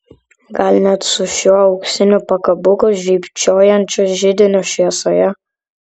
gal net su šiuo auksiniu pakabuku žybčiojančiu židinio šviesoje